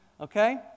Okay